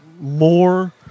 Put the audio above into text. more